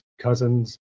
cousins